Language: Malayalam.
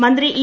മന്ത്രി ഇ